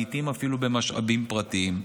לעיתים אפילו במשאבים פרטיים,